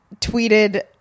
tweeted